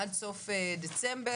עד סוף דצמבר,